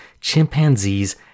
chimpanzees